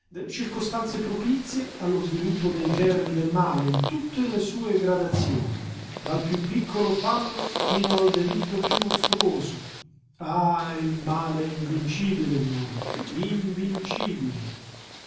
circostanze propizie allo sviluppo dei germi del male in tutte le sue gradazioni dal piú piccolo fallo fino al delitto piú mostruoso ah il male è invincibile in noi invincibile